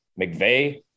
McVeigh